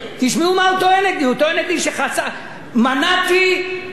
הוא טוען נגדי שמנעתי כסף מאוצר המדינה,